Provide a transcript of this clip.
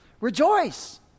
Rejoice